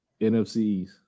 NFCs